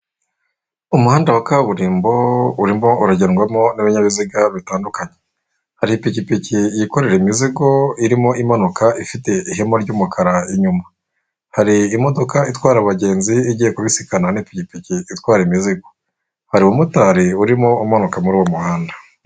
Umuhanda wa kaburimbo urimo uragedwamo n'ibinyabiziga bitandukanye, hari ipikipiki yikorera imizigo irimo imanuka ifite ihema ry'umukara inyuma, hari imodoka itwara abagenzi igiye kubisikana n'pikipiki itwara imizigo, hari umumotari urimo umanuka muri uwo muhanda.